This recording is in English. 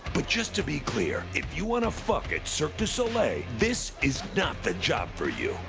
but just to be clear, if you wanna fuck at cirque du soleil, this is not the job for you.